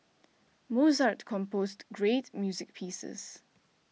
Mozart composed great music pieces